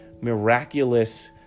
miraculous